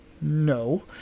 No